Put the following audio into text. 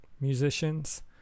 musicians